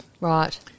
Right